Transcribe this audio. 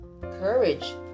Courage